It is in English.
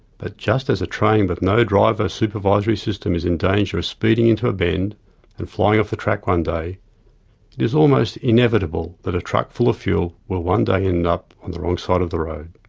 but just as a train with no driver supervisory system is in danger of speeding into a bend and flying off the track one day, it is almost inevitable that a truck full of fuel will one day end up on the wrong side of the road.